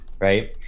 right